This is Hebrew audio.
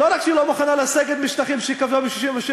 ולא רק שהיא לא מוכנה לסגת משטחים שהיא כבשה ב-1967,